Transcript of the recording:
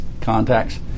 contacts